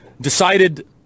Decided